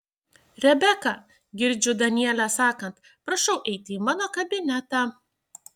rebeka girdžiu danielę sakant prašau eiti į mano kabinetą